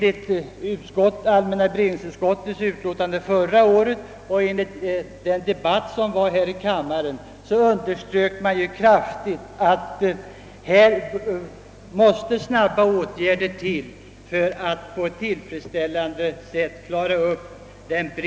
I allmänna beredningsutskottets utlåtande förra året och i debatten här i kammaren underströk man kraftigt att här måste snabba åtgärder till för att på ett tillfredsställande sätt klara bristen på gymnastikdirektörer.